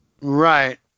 Right